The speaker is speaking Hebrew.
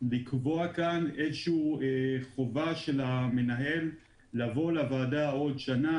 לקבוע כאן איזושהי חובה של המנהל לבוא לוועדה בעוד שנה,